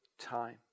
time